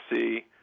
see